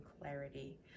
clarity